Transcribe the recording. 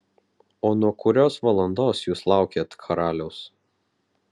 o nuo kurios valandos jūs laukėt karaliaus